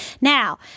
Now